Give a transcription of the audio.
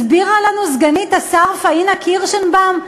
הסבירה לנו סגנית השר פאינה קירשנבאום,